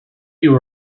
you